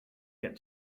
get